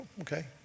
Okay